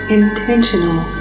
intentional